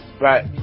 right